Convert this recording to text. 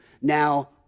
Now